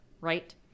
right